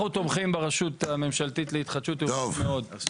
אנחנו תומכים ברשות הממשלתית להתחדשות עירונית מאוד.